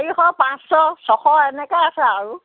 তিনিশ পাঁচশ ছশ এনেকৈ আছে আৰু